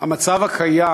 המצב הקיים